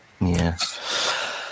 yes